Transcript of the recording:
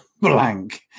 blank